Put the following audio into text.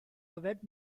yfed